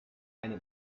eine